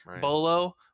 Bolo